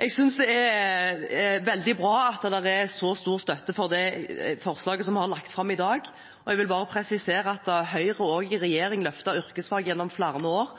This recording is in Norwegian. Jeg synes det er veldig bra at det er så stor støtte for det forslaget som vi har lagt fram i dag. Jeg vil presisere at Høyre også i regjering løftet yrkesfag gjennom flere år